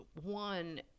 one